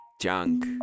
junk